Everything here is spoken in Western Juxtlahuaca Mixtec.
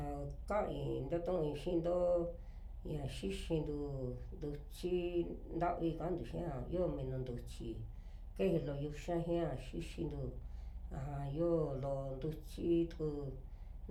Ra kaui tatu'ui xiintoo ña xixintu ntuchii ntavi kaantu xia yoo minu ntúchi keje loo yuxa xia xixintu, aja yoo loo ntuchi tuku